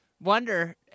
Wonder